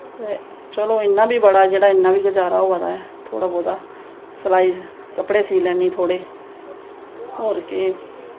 ते चलो इ'न्ना बी बड़ा ऐ इ'न्ना बी गजारा होआ दा ऐ थोह्ड़ा बहोता सलाई कपड़े सीऽ लैन्नी थोह्ड़े होर केह्